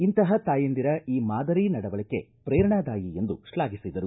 ಇಂತಹ ತಾಯಂದಿರ ಈ ಮಾದರಿ ನಡವಳಿಕೆ ಪ್ರೇರಣಾದಾಯಿ ಎಂದು ತ್ನಾಪಿಸಿದರು